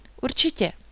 Určitě